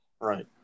Right